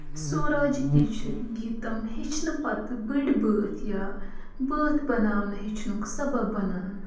سوراجتی چھِ گیٖتم ہیٚچھنہٕ پتہٕ بٔڈۍ بٲتھ یا بٲتھ بَناونہٕ ہیٚچھنُک سَبب بَنان